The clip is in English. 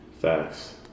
Facts